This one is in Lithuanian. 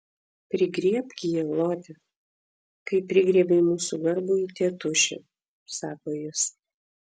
prigriebk jį lote kaip prigriebei mūsų garbųjį tėtušį sako jis